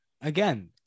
Again